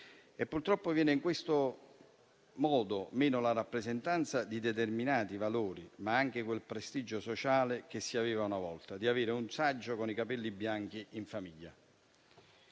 Purtroppo, in questo modo viene meno la rappresentanza di determinati valori ma anche quel prestigio sociale che si aveva una volta, di avere un saggio con i capelli bianchi in famiglia.